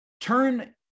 turn